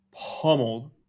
pummeled